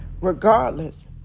regardless